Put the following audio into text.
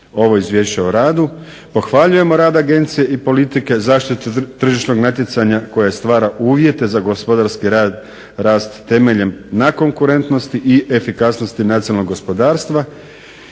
ovo Izvješće o radu. Pohvaljujemo rad agencije i politike zaštite tržišnog natjecanja koja stvara uvjete za gospodarski rast temeljen na konkurentnosti i efikasnosti nacionalnog gospodarstva